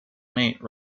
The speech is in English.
mate